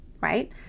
right